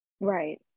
Right